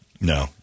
No